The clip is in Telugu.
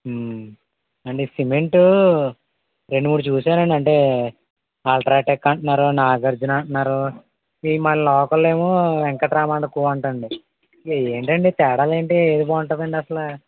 అంటే సిమెంటు రెండు మూడు చూసానండి అంటే అల్ట్రాటెక్ అంటున్నారు నాగార్జున అంటున్నారు ఈ మన లోకల్లో ఏమో వెంకటరామ అండ్ కో అంటండి అసలు ఏంటండి ఈ తేడాలేంటి ఏది బాగుంటుంది అసలు